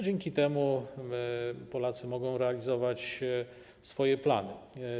Dzięki temu Polacy mogą realizować swoje plany.